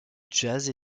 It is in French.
jazz